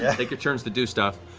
take your turns to do stuff.